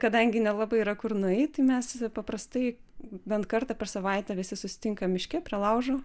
kadangi nelabai yra kur nueit tai mes paprastai bent kartą per savaitę visi susitinkam miške prie laužo